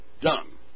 done